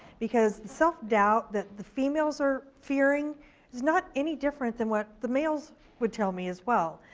because self doubt that the females are fearing is not any different than what the males would tell me as well.